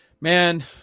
man